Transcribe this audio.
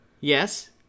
Yes